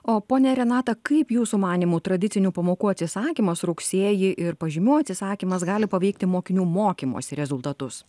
o ponia renata kaip jūsų manymu tradicinių pamokų atsisakymas rugsėjį ir pažymių atsisakymas gali paveikti mokinių mokymosi rezultatus